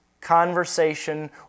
conversation